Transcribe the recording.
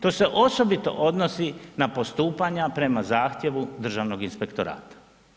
To se osobito odnosi na postupanja prema zahtjevu Državnog inspektorata.